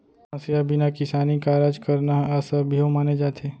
हँसिया बिना किसानी कारज करना ह असभ्यो माने जाथे